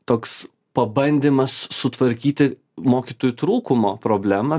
toks pabandymas sutvarkyti mokytojų trūkumo problemą